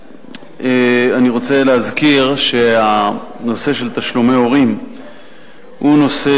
אני רוצה להזכיר שהנושא של תשלומי הורים הוא נושא